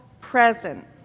present